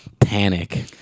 panic